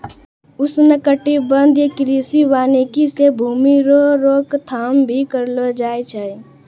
उष्णकटिबंधीय कृषि वानिकी से भूमी रो रोक थाम भी करलो जाय छै